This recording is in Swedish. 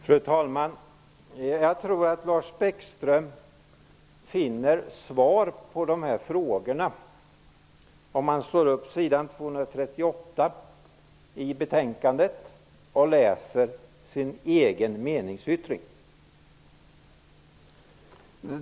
Fru talman! Jag tror att Lars Bäckström finner svar på sina frågor om han slår upp s. 238 i betänkandet och läser sin egen meningsyttring.